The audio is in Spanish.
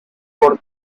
por